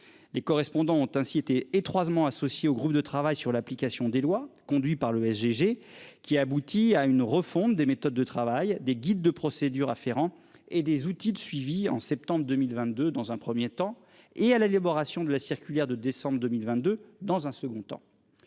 Les correspondants ont ainsi été étroitement associée au groupe de travail sur l'application des lois conduit par le SG. Qui aboutit à une refonte des méthodes de travail des guides de procédure Ferrand et des outils de suivi en septembre 2022 dans un 1er temps et à l'élaboration de la circulaire de décembre 2022 dans un second temps.